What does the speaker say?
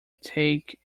take